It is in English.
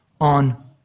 on